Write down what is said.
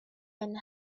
and